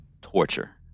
torture